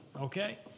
okay